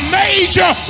major